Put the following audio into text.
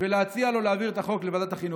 ולהציע לו להעביר את החוק לוועדת החינוך.